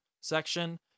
section